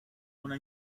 una